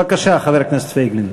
בבקשה, חבר הכנסת פייגלין.